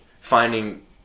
finding